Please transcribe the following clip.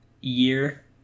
year